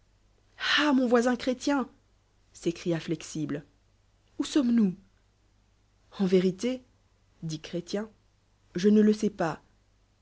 ah mon voisin chrétien s écria flexible où sommes-nous en vérité dit chrétien je ne le sa is pas